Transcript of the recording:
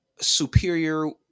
superior